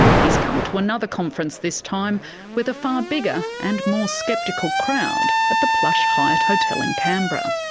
he's come to another conference, this time with a far bigger and more sceptical crowd at the plush hyatt hotel in canberra.